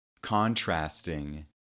contrasting